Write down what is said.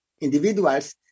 individuals